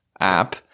app